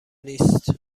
نیست